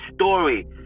story